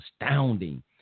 astounding